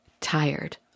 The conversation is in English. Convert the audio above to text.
tired